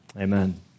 Amen